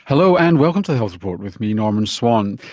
hello and welcome to the health report with me, norman swan.